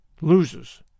loses